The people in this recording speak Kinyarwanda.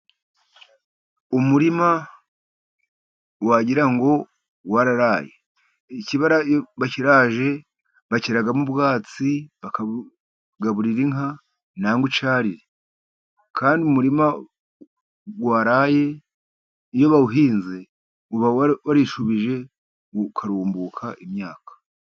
Umurima wagira ngo wararaye, ikibara iyo bakiraje bashyiramo ubwatsi bakabugaburira inka cyangwa icyarire, kandi umurima waraye iyo bawuhinze, uba warishubije ukarumbuka imyaka.